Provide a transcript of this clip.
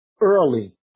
early